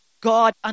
God